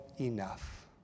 enough